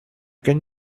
can